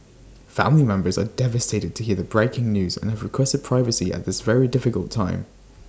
family members are devastated to hear the breaking news and have requested privacy at this very difficult time